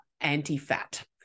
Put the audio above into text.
anti-fat